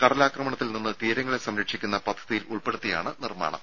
കടലാക്രമണത്തിൽ നിന്ന് തീരങ്ങളെ സംരക്ഷിക്കുന്ന പദ്ധതിയിൽ ഉൾപ്പെടുത്തിയാണ് നിർമ്മാണം